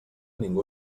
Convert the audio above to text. ningú